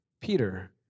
Peter